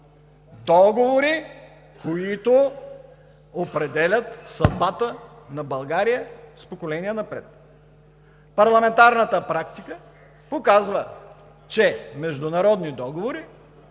договори, които определят съдбата на Българи с поколения напред. Парламентарната практика показва, че международни договори